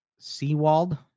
Seawald